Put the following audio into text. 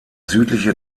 südliche